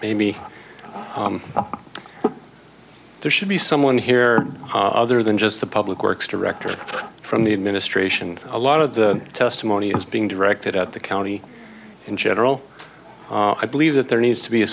maybe there should be someone here other than just the public works director from the administration a lot of the testimony is being directed at the county in general i believe that there needs to be a